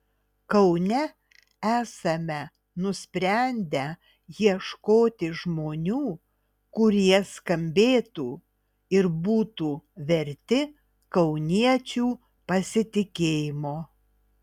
kaune esame nusprendę ieškoti žmonių kurie skambėtų ir būtų verti kauniečių pasitikėjimo